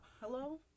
Hello